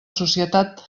societat